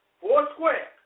four-square